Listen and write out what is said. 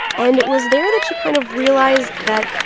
and it was there that she kind of realized that.